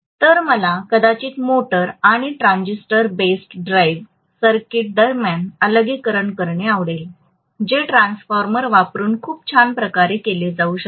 तर मला कदाचित मोटार आणि ट्रान्झिस्टर बेस्ड ड्राईव्ह सर्किट दरम्यान अलगीकरण असणे आवडेल जे ट्रान्सफॉर्मर वापरुन खूप छान प्रकारे केले जाऊ शकते